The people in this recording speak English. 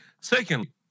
Secondly